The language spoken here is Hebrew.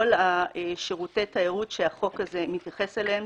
שירותי התיירות שהחוק הזה מתייחס אליהם.